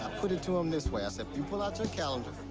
put it to him this way, i said, you pull out your calendar.